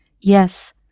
Yes